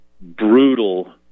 brutal